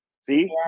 See